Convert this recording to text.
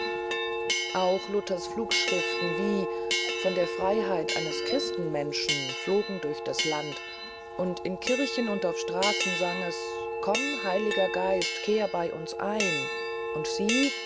auch luthers flugschriften wie von der freiheit eines christenmenschen flogen durch das land und in kirchen und auf straßen sang es komm heiliger geist kehr bei uns ein und sie